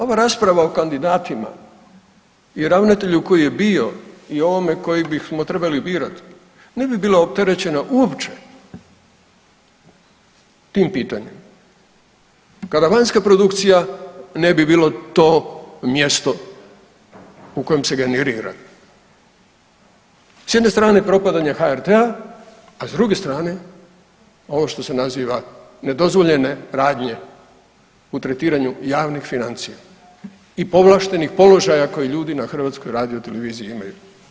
Ova rasprava o kandidatima i ravnatelju koji je bio i ovoga koji bismo trebali birati, ne bi bila opterećena uopće tim pitanjem, kada vanjska produkcija ne bi bila to mjesto u kojem se generira, s jedne strane propadanje HRT-a, a s druge strane, ovo što se naziva nedozvoljene radnje u tretiranju javnih financija i povlaštenih položaja koje ljudi na HRT-u imaju.